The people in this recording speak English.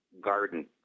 Garden